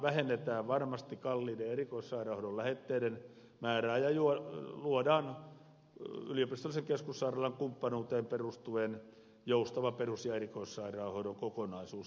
vähennetään varmasti kalliiden erikoissairaanhoidon lähetteiden määrää ja luodaan yliopistollisen keskussairaalan kumppanuuteen perustuen joustava perus ja erikoissairaanhoidon kokonaisuus